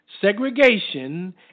segregation